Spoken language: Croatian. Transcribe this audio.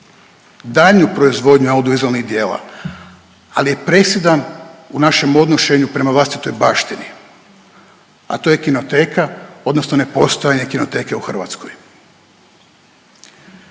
daljnju proizvodnju audiovizualnih djela, ali je presudan u našem odnošenju prema vlastitoj baštini, a to je kinoteka odnosno nepostojanje kinoteke u Hrvatskoj.